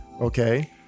okay